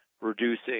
reducing